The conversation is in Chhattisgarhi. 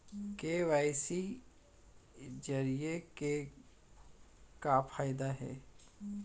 के.वाई.सी जरिए के का फायदा हे?